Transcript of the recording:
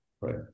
right